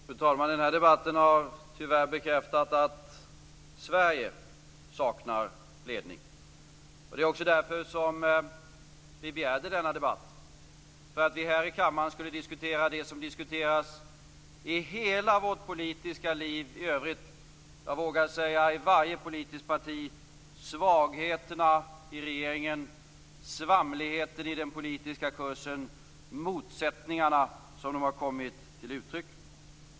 Fru talman! Den här debatten har tyvärr bekräftat att Sverige saknar ledning. Det var också därför som vi begärde denna debatt, för att vi här i kammaren skulle diskutera det som diskuteras i hela vårt politiska liv i övrigt och, vågar jag säga, i varje politiskt parti, nämligen svagheterna i regeringen, svamligheten i den politiska kursen och motsättningarna så som de har kommit till uttryck.